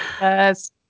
yes